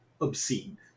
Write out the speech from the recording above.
obscene